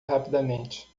rapidamente